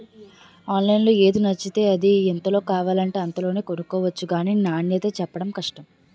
ఆన్లైన్లో ఏది నచ్చితే అది, ఎంతలో కావాలంటే అంతలోనే కొనుక్కొవచ్చు గానీ నాణ్యతే చెప్పడం కష్టం